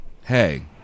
Hey